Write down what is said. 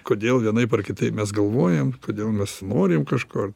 kodėl vienaip ar kitaip mes galvojam kodėl mes norim kažkur